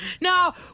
now